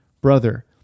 Brother